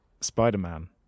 Spider-Man